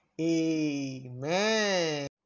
amen